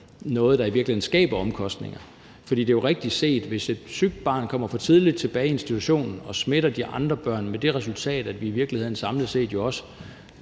noget, der i virkeligheden skaber omkostninger. For det er jo rigtigt set, at hvis et sygt barn kommer for tidligt tilbage i institutionen og smitter de andre børn, kan det have det resultat, at man i virkeligheden samlet set